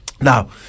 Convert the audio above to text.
Now